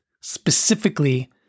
Specifically